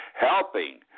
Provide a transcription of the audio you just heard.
helping